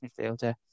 midfielder